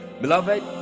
beloved